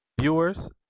viewers